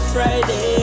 Friday